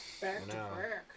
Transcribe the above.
Back-to-work